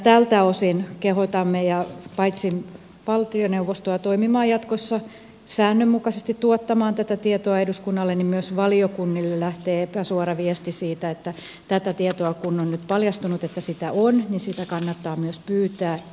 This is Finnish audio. tältä osin kehotamme valtioneuvostoa toimimaan jatkossa säännönmukaisesti tuottamaan tätä tietoa eduskunnalle ja myös valiokunnille lähtee epäsuora viesti siitä että tätä tietoa kun on nyt paljastunut että sitä on kannattaa myös pyytää ja käyttää